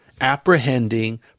Apprehending